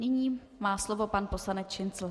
Nyní má slovo pan poslanec Šincl.